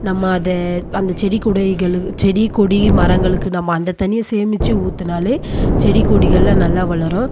நம்ம அதை அந்த செடி குடைகள் செடி கொடி மரங்களுக்கு நம்ம அந்த தண்ணியை சேமித்து ஊற்றினாலே செடி கொடிகள்லாம் நல்லா வளரும்